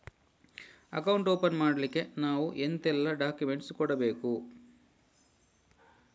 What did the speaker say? Account open ಮಾಡ್ಲಿಕ್ಕೆ ನಾವು ಎಂತೆಲ್ಲ ಡಾಕ್ಯುಮೆಂಟ್ಸ್ ಕೊಡ್ಬೇಕು?